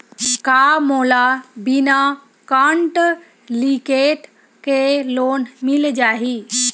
का मोला बिना कौंटलीकेट के लोन मिल जाही?